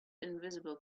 invisible